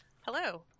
hello